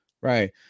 right